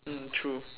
mm true